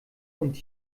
und